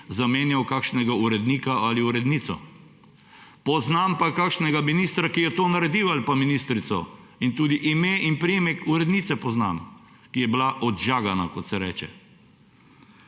zamenjal kakšnega urednika ali urednico. Poznam pa kakšnega ministra ali pa ministrico, ki je to naredil. In tudi ime in priimek urednice poznam, ki je bila odžagana, kot se reče.